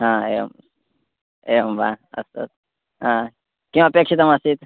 आ एवम् एवं वा अस्तु अस्तु आम् किमपेक्षितमासीत्